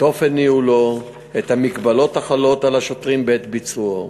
את אופן ניהולו ואת המגבלות החלות על השוטרים בעת ביצועו.